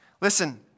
Listen